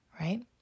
right